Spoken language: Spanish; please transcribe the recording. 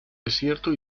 desierto